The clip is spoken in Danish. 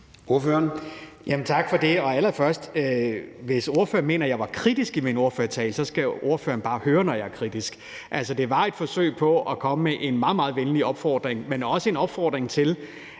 hvis ordføreren mener, at jeg var kritisk i min ordførertale, så skal ordføreren bare høre, når jeg er kritisk. Altså, det var et forsøg på at komme med en meget, meget venlig opfordring, men også en tilkendegivelse